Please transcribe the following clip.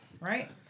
right